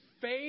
faith